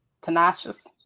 tenacious